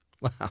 Wow